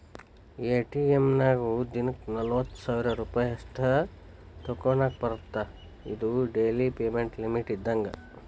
ATM ನ್ಯಾಗು ದಿನಕ್ಕ ನಲವತ್ತ ಸಾವಿರ್ ರೂಪಾಯಿ ಅಷ್ಟ ತೋಕೋನಾಕಾ ಬರತ್ತಾ ಇದು ಡೆಲಿ ಪೇಮೆಂಟ್ ಲಿಮಿಟ್ ಇದ್ದಂಗ